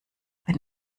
wenn